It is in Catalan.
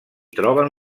troben